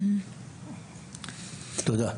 תודה.